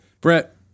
Brett